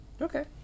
Okay